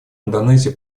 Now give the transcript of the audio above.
индонезия